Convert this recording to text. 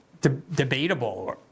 debatable